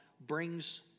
brings